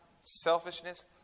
selfishness